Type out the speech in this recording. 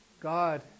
God